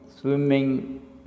swimming